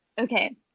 Okay